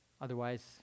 Otherwise